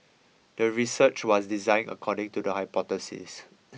the research was designed according to the hypothesis